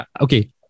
okay